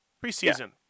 pre-season